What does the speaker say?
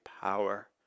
power